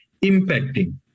impacting